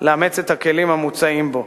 לאמץ את הכלים המוצעים בו.